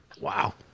Wow